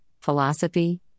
philosophy